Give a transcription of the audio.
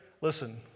Listen